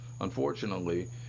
Unfortunately